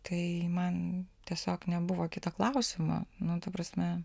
tai man tiesiog nebuvo kito klausimo nu ta prasme